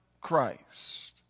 Christ